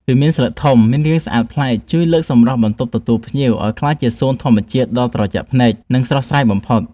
វាមានស្លឹកធំមានរាងស្អាតប្លែកជួយលើកសម្រស់បន្ទប់ទទួលភ្ញៀវឱ្យក្លាយជាសួនធម្មជាតិដ៏ត្រជាក់ភ្នែក និង ស្រស់ស្រាយបំផុត។